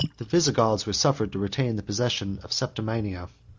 the visigoths were suffered to retain the possession of septimania,